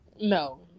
no